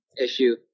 issue